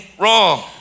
wrong